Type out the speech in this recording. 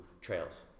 trails